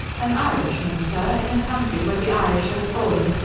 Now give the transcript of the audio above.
an irishman, sir, in a country where the irish have fallen,